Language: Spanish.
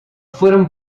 fueron